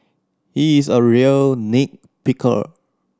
he is a real nit picker